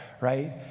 right